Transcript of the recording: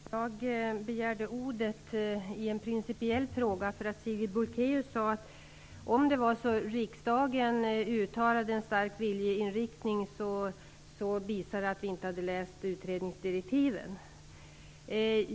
Herr talman! Jag begärde ordet i en principiell fråga. Sigrid Bolkéus sade att om riksdagen uttalar en stark viljeinriktning visar det att vi inte har läst utredningsdirektiven.